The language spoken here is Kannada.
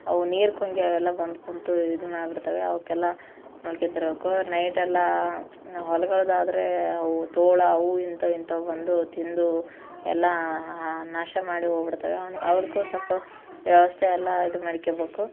ಅವು ನೀರ್ಕಂಗೆ ಅವೆಲ್ಲ ಬಂದು ಕೂತು ಇದು ಮಾಡಿಬಿಡ್ತವೆ ಅವಕ್ಕೆಲ್ಲ ನೋಡ್ಕ್ಯಂತ ಇರಬೇಕು ನೈಟ್ ಎಲ್ಲ ನಾವು ಹೊಲಗಳ್ದಾದ್ರೆ ಅವು ತೋಳ ಅವು ಇಂಥವು ಇಂಥವು ಬಂದು ತಿಂದು ಎಲ್ಲ ನಾಶ ಮಾಡಿ ಹೋಗ್ಬಿಡ್ತವೆ ಅವ್ರಿಗೂ ಸ್ವಲ್ಪ ವ್ಯವಸ್ಥೆ ಎಲ್ಲ ಇದು ಮಾಡ್ಕ್ಯಬೇಕು